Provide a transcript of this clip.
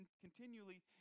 continually